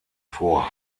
vor